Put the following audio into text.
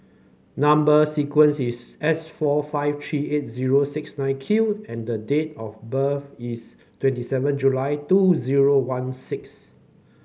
number sequence is S four five three eight zero six nine Q and the date of birth is twenty seven July two zero one six